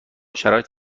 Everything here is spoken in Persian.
شرایط